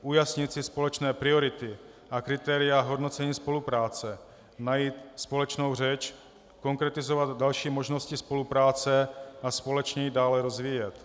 Ujasnit si společné priority a kritéria hodnocení spolupráce, najít společnou řeč, konkretizovat další možnosti spolupráce a společně ji dále rozvíjet.